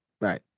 right